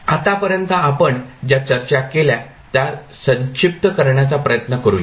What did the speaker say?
आत्तापर्यंत आपण ज्या चर्चा केल्या त्या संक्षिप्त करण्याचा प्रयत्न करूया